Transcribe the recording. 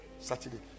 Saturday